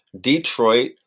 Detroit